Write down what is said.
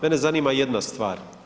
Mene zanima jedna stvar.